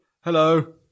Hello